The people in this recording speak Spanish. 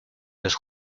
los